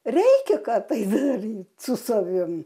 reikia ką tai daryt su savim